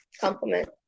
compliment